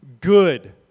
good